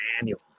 manual